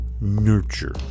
nurture